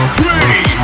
Three